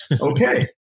Okay